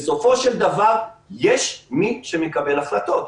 בסופו של דבר יש מי שמקבל החלטות.